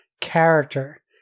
character